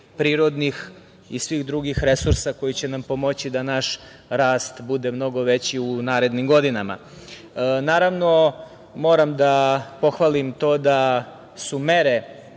prirodnih i svih drugih resursa koji će nam pomoći da naš rast bude mnogo veći u narednim godinama. Naravno, moram da pohvalim to da su mere